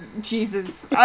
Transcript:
Jesus